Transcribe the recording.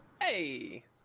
Hey